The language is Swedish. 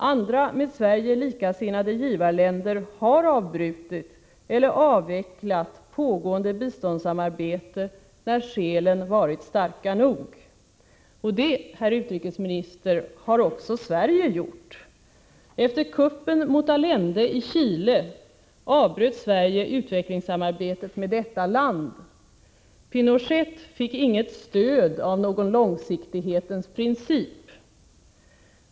Andra med Sverige likasinnande givarländer har avbrutit eller avvecklat pågående biståndssamarbete när skälen varit starka nog. Och det, herr utrikesminister, har också Sverige gjort. Efter kuppen mot Allende i Chile avbröt Sverige utvecklingssamarbetet med detta land. Pinochet fick inget stöd av någon långsiktighetens princip.